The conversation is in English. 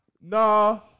No